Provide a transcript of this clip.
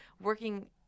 working